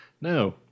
No